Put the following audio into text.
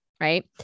right